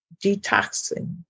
detoxing